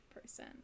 person